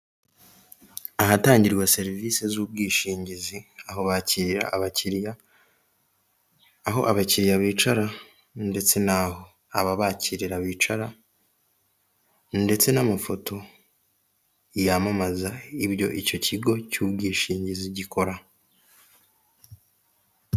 Ahatangirwa serivise z'ubwishingizi aho bakirira abakiliya, aho abakiliya bicara ndetse naho ababakirira bicara, ndetse n'amafoto yamamaza ibyo icyo kigo cy'ubwishingizi gikora.